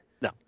No